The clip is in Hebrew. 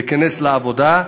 להיכנס לעבודה,